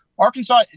Arkansas